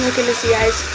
to see guys.